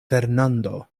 fernando